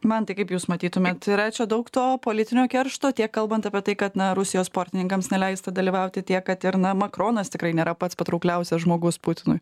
mantai kaip jūs matytumėt yra čia daug to politinio keršto tiek kalbant apie tai kad na rusijos sportininkams neleista dalyvauti tiek kad ir na makronas tikrai nėra pats patraukliausias žmogus putinui